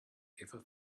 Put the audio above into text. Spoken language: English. ever